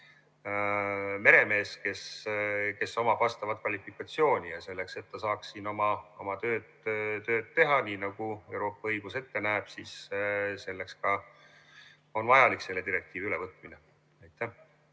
meremees, kes omab vastavat kvalifikatsiooni. Selleks, et ta saaks siin oma tööd teha, nii nagu Euroopa õigus ette näeb, on vajalik selle direktiivi ülevõtmine. Kalle